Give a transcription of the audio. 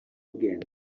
again